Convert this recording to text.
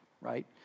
right